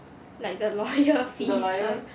like the lawyer fees